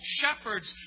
shepherds